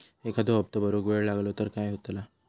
एखादो हप्तो भरुक वेळ लागलो तर काय होतला?